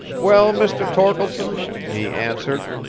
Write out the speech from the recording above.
well, mr. torkeldsen, he answered,